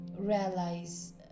realize